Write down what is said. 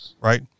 right